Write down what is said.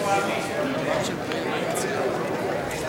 אי-אמון בממשלה